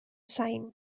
sain